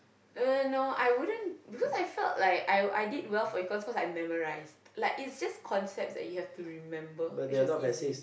uh no I wouldn't because I felt like I I did well for econs cause I memorised like is just concepts that you have to remember which was easy